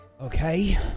Okay